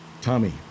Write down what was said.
Tommy